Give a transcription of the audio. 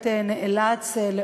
נאלצנו,